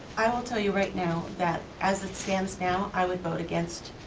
i will tell you right now that as it stands now, i would vote against,